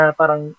parang